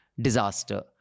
Disaster